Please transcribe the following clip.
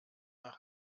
nach